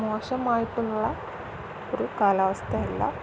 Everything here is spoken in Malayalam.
മോശമായിട്ടുള്ള ഒരു കാലാവസ്ഥ അല്ല